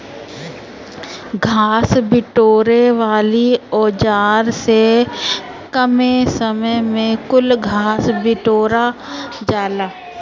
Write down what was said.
घास बिटोरे वाली औज़ार से कमे समय में कुल घास बिटूरा जाला